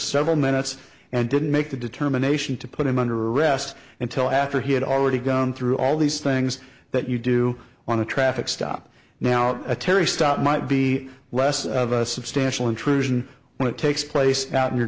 several minutes and didn't make the determination to put him under arrest until after he had already gone through all these things that you do on a traffic stop now a terry stop might be less of a substantial intrusion when it takes place out in your